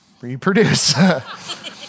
reproduce